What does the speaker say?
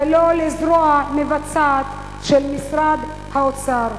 ולא לזרוע מבצעת של משרד האוצר,